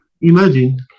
Imagine